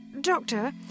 Doctor